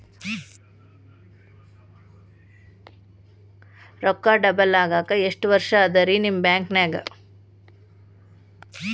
ರೊಕ್ಕ ಡಬಲ್ ಆಗಾಕ ಎಷ್ಟ ವರ್ಷಾ ಅದ ರಿ ನಿಮ್ಮ ಬ್ಯಾಂಕಿನ್ಯಾಗ?